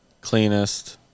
cleanest